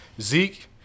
Zeke